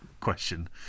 question